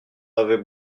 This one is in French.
avait